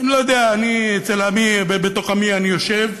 אני לא יודע, בתוך עמי אני יושב,